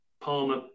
Palmer